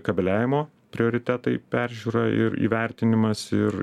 kabeliavimo prioritetai peržiūra ir įvertinimas ir